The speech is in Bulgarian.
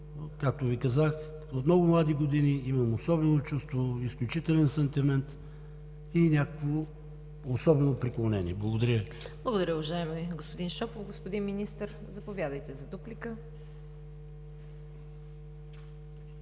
както Ви казах, от много млади години имам особено чувство, изключителен сантимент и някакво особено преклонение. Благодаря Ви. ПРЕДСЕДАТЕЛ ЦВЕТА КАРАЯНЧЕВА: Благодаря, уважаеми господин Шопов. Господин Министър, заповядайте за дуплика.